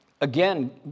Again